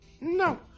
No